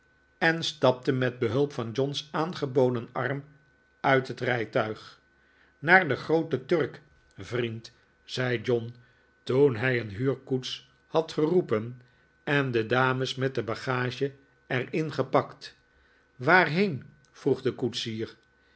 en stapte met behulp van john's aangeboden arm uit het rijtuig naar de groote turk vriend zei john toen hij een huurkoets had geroepen en de dames met de bagage er ingepakt waarheen vroeg de koetsier